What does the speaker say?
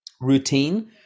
routine